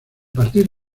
partir